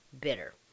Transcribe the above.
bitter